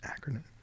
acronym